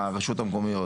מהרשות המקומיות,